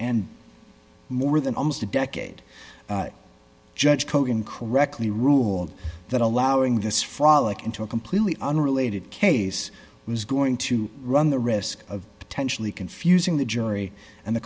and more than almost a decade judge cohen correctly ruled that allowing this frolic into a completely unrelated case was going to run the risk of potentially confusing the jury and